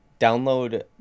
download